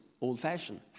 old-fashioned